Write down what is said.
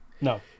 No